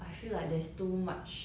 ya you know now got